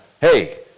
Hey